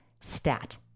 STAT